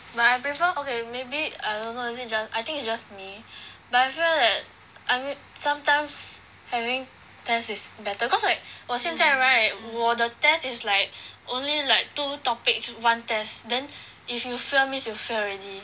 but I prefer okay maybe err I don't know I think just I think it's just me but I feel that I mean sometimes having test is better cause like 我现在 right 我的 test is like only like two topics one test then if you fail means you fail already